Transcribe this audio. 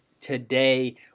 today